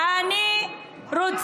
אני נתתי לך זמן.